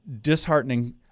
disheartening